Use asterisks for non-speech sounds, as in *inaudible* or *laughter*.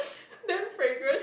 *laughs* damn fragrant